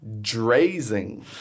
drazing